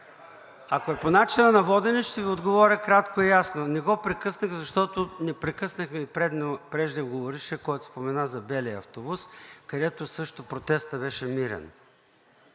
Ако е по начина на водене, ще Ви отговоря кратко и ясно – не го прекъснах, защото не прекъснах и преждеговорившия, който спомена за белия автобус, където също протестът беше мирен.